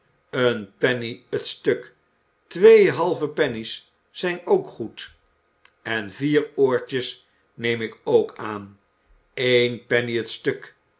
een penny het stuk twee halve penny's zijn ook goed en vier oortjes neem ik ook aan een penny het stuk